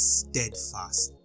steadfast